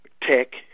Tech